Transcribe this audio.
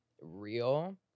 real